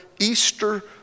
Easter